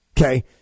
Okay